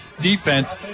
defense